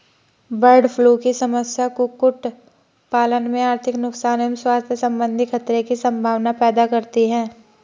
bird flu की समस्या कुक्कुट पालन में आर्थिक नुकसान एवं स्वास्थ्य सम्बन्धी खतरे की सम्भावना पैदा करती है